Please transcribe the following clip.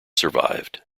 survived